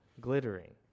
glittering